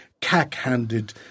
cack-handed